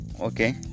okay